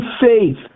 faith